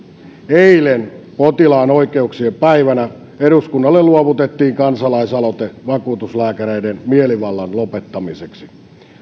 eilen potilaan oikeuksien päivänä eduskunnalle luovutettiin kansalaisaloite vakuutuslääkäreiden mielivallan lopettamiseksi